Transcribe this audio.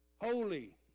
holy